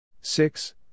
six